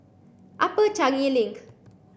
Upper Changi Link